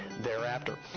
thereafter